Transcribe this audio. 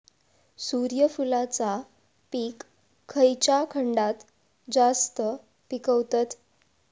सूर्यफूलाचा पीक खयच्या खंडात जास्त पिकवतत?